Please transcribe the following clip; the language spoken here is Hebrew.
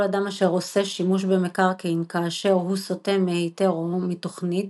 כל אדם אשר עושה שימוש במקרקעין כאשר הוא סוטה מהיתר או מתוכנית,